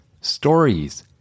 stories